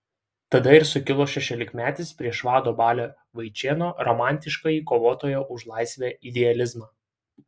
tada ir sukilo šešiolikmetis prieš vado balio vaičėno romantiškąjį kovotojo už laisvę idealizmą